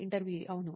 ఇంటర్వ్యూఈ అవును